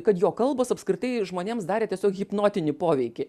kad jo kalbos apskritai žmonėms darė tiesiog hipnotinį poveikį